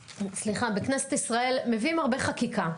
בכנסת ישראל מביאים הרבה חקיקה.